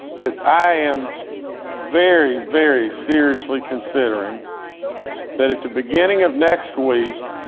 that i am very, very seriously considering that at the beginning of next week.